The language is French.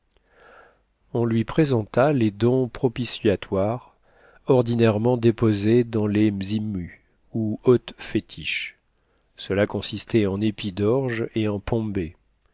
on lui présenta les dons propitiatoires ordinairement déposés dans les mzimu ou huttes fétiches cela consistait en épis d'orge et en pombé